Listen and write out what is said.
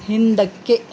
ಹಿಂದಕ್ಕೆ